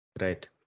Right